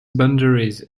boundaries